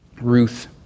Ruth